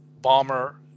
bomber